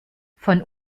von